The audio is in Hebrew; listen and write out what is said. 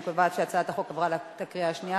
אני קובעת שהצעת החוק עברה בקריאה שנייה.